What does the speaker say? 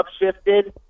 upshifted